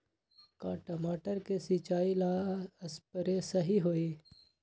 का टमाटर के सिचाई ला सप्रे सही होई?